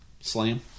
Slam